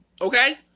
Okay